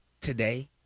today